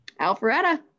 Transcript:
Alpharetta